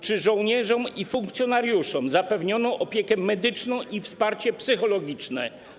Czy żołnierzom i funkcjonariuszom zapewniono opiekę medyczną i wsparcie psychologiczne?